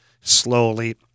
slowly